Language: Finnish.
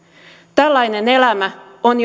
tällainen elämä on